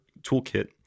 toolkit